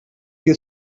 you